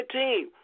team